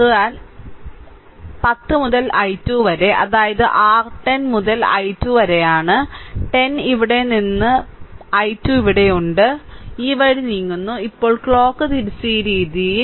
അതിനാൽ 10 മുതൽ I2 വരെ അതായത് R 10 മുതൽ I2 വരെയാണ് 10 ഇവിടെ നിന്ന് I2 ഇവിടെയുണ്ട് ഈ വഴി നീങ്ങുന്നു ഇപ്പോൾ ക്ലോക്ക് തിരിച്ച് ഈ രീതിയിൽ